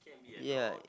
ya